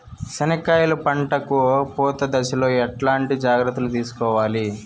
చెనక్కాయలు పంట కు పూత దశలో ఎట్లాంటి జాగ్రత్తలు తీసుకోవాలి?